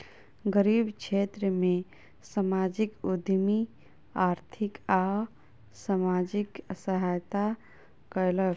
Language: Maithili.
गरीब क्षेत्र में सामाजिक उद्यमी आर्थिक आ सामाजिक सहायता कयलक